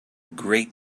great